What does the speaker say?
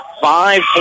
five